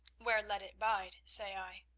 where let it bide, say i.